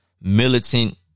militant